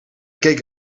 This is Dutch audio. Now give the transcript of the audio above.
keek